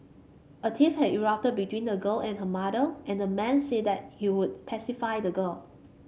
a tiff had erupted between the girl and her mother and the man said that he would pacify the girl